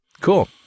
Cool